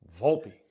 Volpe